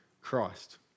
Christ